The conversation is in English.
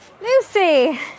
Lucy